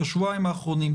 את השבועיים האחרונים,